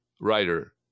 writer